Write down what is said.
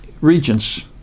regions